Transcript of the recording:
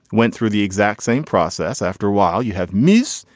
went through the exact same process after while you have mis.